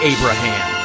Abraham